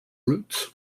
roots